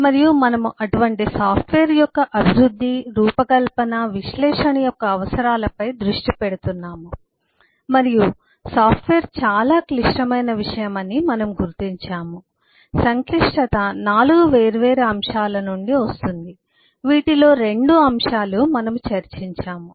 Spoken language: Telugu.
మరియు మనము అటువంటి సాఫ్ట్వేర్ యొక్క అభివృద్ధి రూపకల్పన విశ్లేషణ యొక్క అవసరాలపై దృష్టి పెడుతున్నాము మరియు సాఫ్ట్వేర్ చాలా క్లిష్టమైన విషయం అని మనము గుర్తించాము మరియు సంక్లిష్టత 4 వేర్వేరు అంశాల నుండి వస్తుంది వీటిలో 2 అంశాలు మనము చర్చించాము